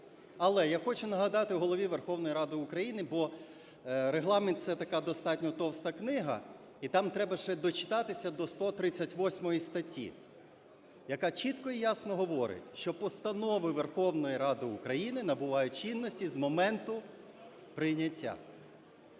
Але я хочу нагадати Голові Верховної Ради України, бо Регламент – це така достатньо товста книга, і там треба ще дочитатися до 138 статті, яка чітко і ясно говорить, що постанови Верховної Ради України набувають чинності з моменту прийняття.